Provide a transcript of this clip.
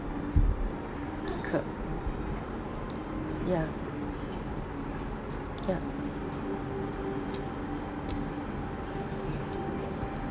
corr~ ya ya